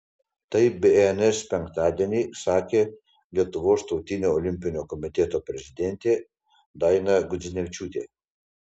tai bns penktadienį sakė lietuvos tautinio olimpinio komiteto prezidentė daina gudzinevičiūtė